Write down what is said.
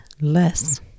less